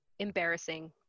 embarrassing